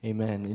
Amen